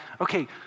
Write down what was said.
okay